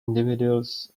individuals